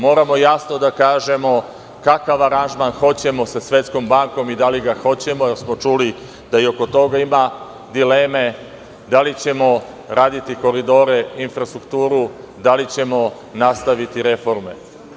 Moramo jasno da kažemo kakav aranžman hoćemo sa Svetskom bankom i da li ga hoćemo, jer smo čuli da i oko toga ima dileme, da li ćemo raditi koridore, da li ćemo nastaviti reformu.